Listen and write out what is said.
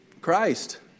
Christ